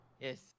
Yes